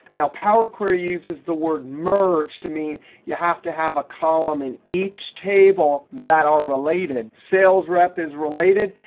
now power query uses the word merge to mean you have to have a column in each table that are related. sales rep is related.